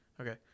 Okay